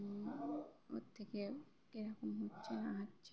ওর থেকে কীরকম হচ্ছে না হচ্ছে